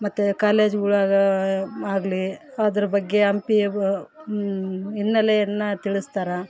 ಮತ್ತು ಕಾಲೇಜುಗಳಗಾ ಆಗಲಿ ಅದರ್ ಬಗ್ಗೆ ಹಂಪಿ ಹಿನ್ನಲೆಯನ್ನು ತಿಳಿಸ್ತಾರೆ